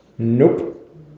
Nope